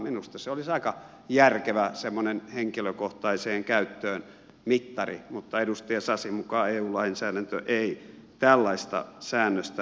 minusta se olisi aika järkevä semmoinen henkilökohtaiseen käyttöön mittari mutta edustaja sasin mukaan eu lainsäädäntö ei tällaista säännöstä mahdollistaisi